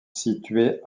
situé